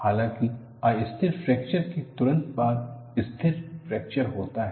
हालांकि अस्थिर फ्रैक्चर के तुरंत बाद स्थिर फ्रैक्चर होता है